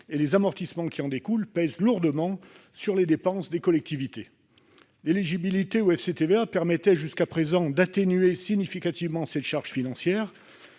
et les amortissements qui en découlent pèsent lourdement sur les dépenses des collectivités. L'éligibilité au FCTVA permettait jusqu'à présent d'atténuer significativement cette charge financière.